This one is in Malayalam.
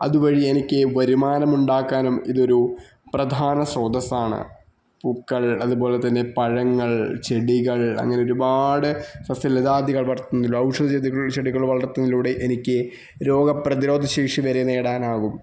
അതുവഴി എനിക്ക് വരുമാനമുണ്ടാക്കാനും ഇതൊരു പ്രധാന സ്രോതസ്സാണ് പൂക്കള് അതുപോലെതന്നെ പഴങ്ങള് ചെടികള് അങ്ങനെ ഒരുപാട് സസ്യലതാദികള് വളര്ത്തുന്നതില് ഔഷധചെടികള് ചെടികൾ വളര്ത്തുന്നതിലൂടെ എനിക്ക് രോഗപ്രതിരോധശേഷി വരെ നേടാനാകും